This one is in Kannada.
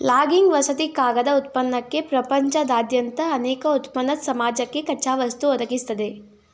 ಲಾಗಿಂಗ್ ವಸತಿ ಕಾಗದ ಉತ್ಪನ್ನಕ್ಕೆ ಪ್ರಪಂಚದಾದ್ಯಂತ ಅನೇಕ ಉತ್ಪನ್ನದ್ ಸಮಾಜಕ್ಕೆ ಕಚ್ಚಾವಸ್ತು ಒದಗಿಸ್ತದೆ